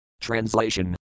Translation